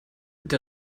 der